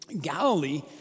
Galilee